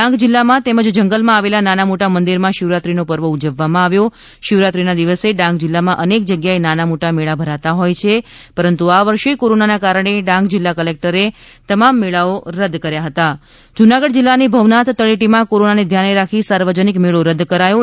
ડાંગ જીલ્લામાં તેમજ જંગલમાં આવેલા નાના મોટા મંદિરમાં શિવરાત્રી નો પર્વ ઉજવવામાં આવ્યો શિવરાત્રીના દિવસે ડાંગ જિલ્લામાં અનેક જગ્યાએ નાના મેળાઓ ભરાતા હોય છે ત્યારે કોરોના ના કારણે ડાંગ જિલ્લા કલેક્ટર દ્વારા તમામ મેળાઓ રદ કરવામાં આવ્યા હતા જૂનાગઢ જિલ્લાની ભવનાથ તળેટીમાં કોરોનાને ધ્યાને રાખી સાર્વજનિક મેળો રદ્દ કરાયો છે